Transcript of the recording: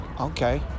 Okay